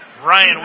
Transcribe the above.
Ryan